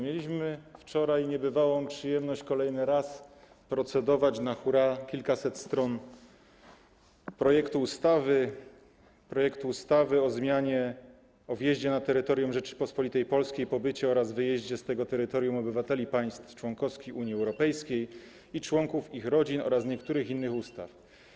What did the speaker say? Mieliśmy wczoraj niebywałą przyjemność kolejny raz procedować na hura nad kilkuset stronami projektu ustawy o zmianie ustawy o wjeździe na terytorium Rzeczypospolitej Polskiej, pobycie oraz wyjeździe z tego terytorium obywateli państw członkowskich Unii Europejskiej i członków ich rodzin oraz niektórych innych ustaw.